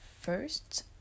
first